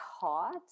hot